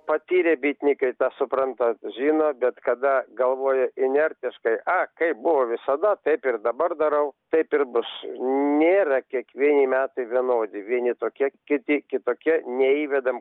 patyrę bitininkai tą supranta žino bet kada galvoja inertiškai a kaip buvo visada taip ir dabar darau taip ir bus nėra kiekvieni metai vienodi vieni tokie kiti kitokie neįvedam